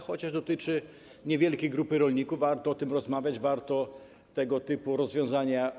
Chociaż dotyczy niewielkiej grupy rolników, to warto o tym rozmawiać, warto wspierać tego typu rozwiązania.